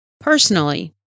Personally